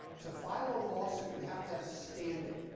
to file a lawsuit, you have to have standing.